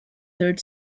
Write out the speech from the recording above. third